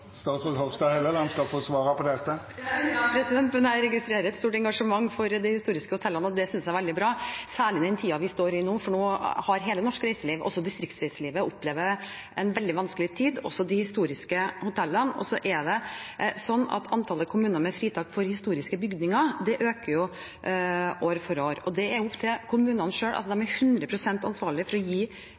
statsråd Hofstad Helleland skal få svara på dette. Men jeg registrerer et stort engasjement for de historiske hotellene. Det synes jeg er veldig bra, særlig i den tiden vi står i nå, for nå har hele det norske reiselivet, også distriktsreiselivet, opplevd en veldig vanskelig tid, også de historiske hotellene. Antallet kommuner med fritak for historiske bygninger øker jo år for år, og det er opp til kommunene selv. De er 100 pst. ansvarlige for å gi